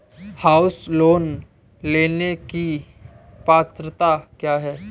House loan लेने की पात्रता क्या है?